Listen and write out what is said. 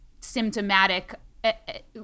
symptomatic